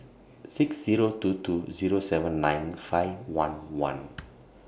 six Zero two two Zero seven nine five one one